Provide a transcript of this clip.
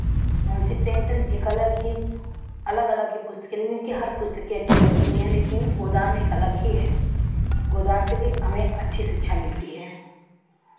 मुंशी प्रेमचंद एक अलग ही अलग अलग की पुस्तकें उनकी हर पुस्तकें अच्छी लगती है लेकिन गोदान एक अलग ही है गोदान से भी हमें अच्छी शिक्षा मिलती है